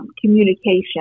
communication